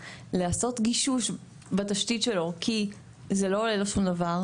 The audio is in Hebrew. לעשות גישוש בתשתית שלו כי זה לא עולה לו שום דבר,